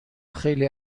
خیلی